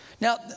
Now